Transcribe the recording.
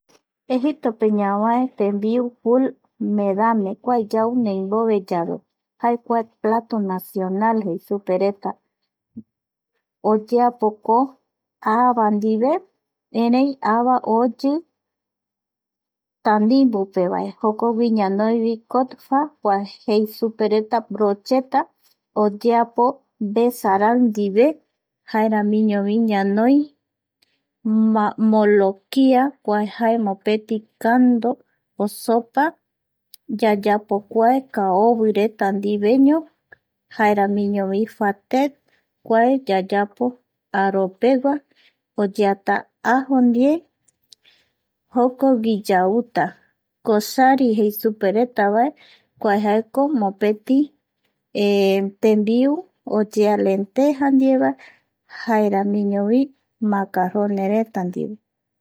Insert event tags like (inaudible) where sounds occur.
Egiptope ñavae tembiu (noise) fulmedame kua yau ndeimboveyave jae (noise) kua plato nacional jei supevaereta, (noise) oyeapoko ava ndive erei ava (noise) oyi tanimbupevae jokogui ñanoi cotfa kua jei superetava (noise) brocheta kua oyeapo vesarai ndive (noise) jaeramiñovi ñanoi (noise) molokia kua jae mopeti cando o sopa, yayapo kua kaovi ndiveño reta ndiveño (noise) jaeramiñovi fatec kua yayapo aró pegua (noise) oyeata ajo ndie (noise) jokogui yauta cosari jei supevaeretavae (noise) kua jaeko mopeti (noise) tembiu oyea lenteja ndieva, jaeramiñovi macarronereta